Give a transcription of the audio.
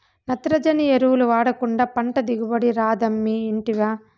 నత్రజని ఎరువులు వాడకుండా పంట దిగుబడి రాదమ్మీ ఇంటివా